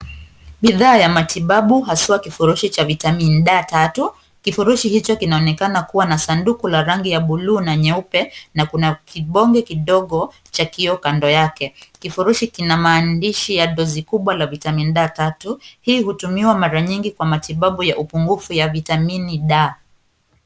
Bidhaa ya matibabu haswa kifurushi cha vitamini D3. Kifurushi hicho kinaonekana kuwa an sanduku la rangi ya buluu na nyeupe na kuna kibonge kidogo cha kioo kando yake. Kifurushi kina maandishi ya dozi kubwa la Vitamini D3. Hii hutumiwa mara nyingi kwa matibabu ya upungufu wa vitamini D.